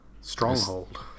Stronghold